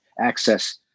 access